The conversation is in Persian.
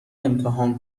امتحان